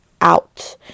out